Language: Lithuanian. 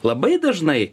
labai dažnai